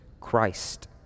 Christ